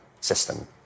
system